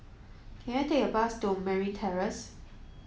can I take a bus to Merryn Terrace